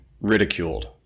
ridiculed